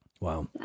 Wow